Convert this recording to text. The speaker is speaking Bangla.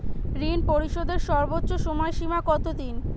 ঋণ পরিশোধের সর্বোচ্চ সময় সীমা কত দিন?